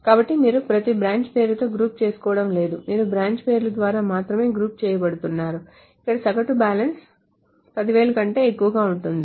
కాబట్టి మీరు ప్రతి బ్రాంచ్ పేరుతో గ్రూప్ చేయబోవడం లేదు మీరు ఆ బ్రాంచ్ పేర్ల ద్వారా మాత్రమే గ్రూప్ చేయబోతున్నారు ఇక్కడ సగటు బ్యాలెన్స్ 10000 కంటే ఎక్కువగా ఉంటుంది